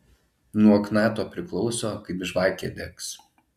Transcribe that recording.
nuo knato priklauso kaip žvakė degs